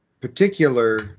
particular